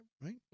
right